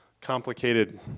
complicated